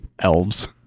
elves